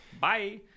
Bye